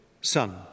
son